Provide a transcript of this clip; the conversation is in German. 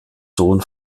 sohn